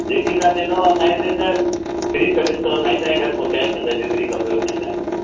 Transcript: जेकी तव्हां चहींदा असांजे हिते त फ़्री सर्विस अथव साईं तव्हांजे घर पहुंचाए छॾदासी जेतिरी खपेव तव्हांखे